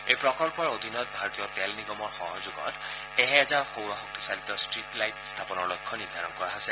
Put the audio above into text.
এই প্ৰকল্পৰ অধীনত ভাৰতীয় তেল নিগমৰ সহযোগত এহেজাৰ সৌৰশক্তিৰে চালিত ষ্টীট লাইট স্থাপনৰ লক্ষ্য নিৰ্ধাৰণ কৰা হৈছে